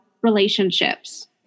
relationships